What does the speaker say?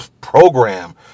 program